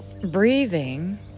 breathing